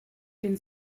den